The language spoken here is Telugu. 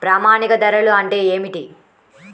ప్రామాణిక ధరలు అంటే ఏమిటీ?